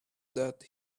that